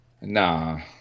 nah